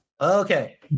Okay